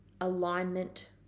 alignment